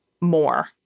more